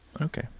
Okay